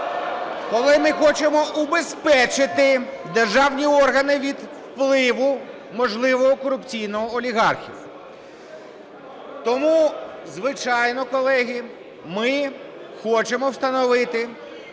коли ми хочемо убезпечити державні органи від впливу можливого корупційного олігархів. (Шум у залі) Тому, звичайно, колеги, ми хочемо встановити